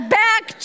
back